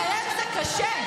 להתעלם זה קשה.